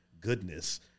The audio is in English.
goodness